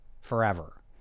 forever